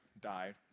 died